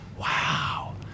Wow